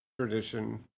tradition